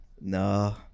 No